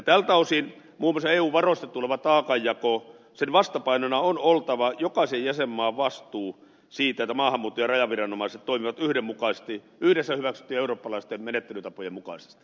tältä osin muun muassa eun varoista tulevan taakanjaon vastapainona on oltava jokaisen jäsenmaan vastuu siitä että maahanmuutto ja rajaviranomaiset toimivat yhdenmukaisesti yhdessä hyväksyttyjen eurooppalaisten menettelytapojen mukaisesti